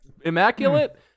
immaculate